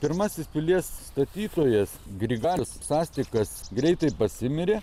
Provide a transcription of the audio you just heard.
pirmasis pilies statytojas grigalius astikas greitai pasimirė